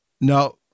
No